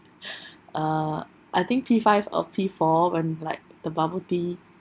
uh I think P five or P four when like the bubble tea